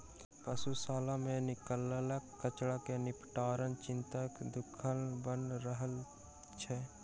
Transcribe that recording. पशुशाला सॅ निकलल कचड़ा के निपटाराक चिंता सदिखन बनल रहैत छै